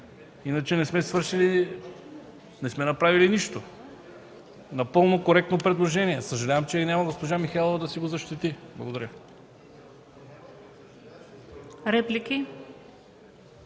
Иначе не сме направили нищо! Напълно коректно предложение! Съжалявам, че я няма госпожа Михайлова, за да си го защити. Благодаря.